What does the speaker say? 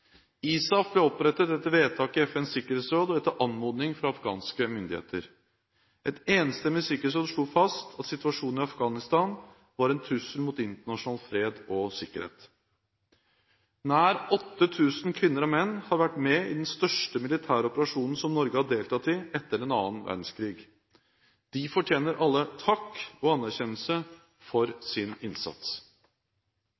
ISAF ble opprettet etter vedtak i FNs sikkerhetsråd og etter anmodning fra afghanske myndigheter. Et enstemmig sikkerhetsråd slo fast at situasjonen i Afghanistan var en trussel mot internasjonal fred og sikkerhet. Nær 8 000 norske kvinner og menn har vært med i den største militære operasjonen som Norge har deltatt i etter den andre verdenskrigen. De fortjener alle takk og anerkjennelse for